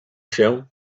się